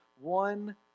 one